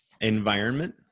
Environment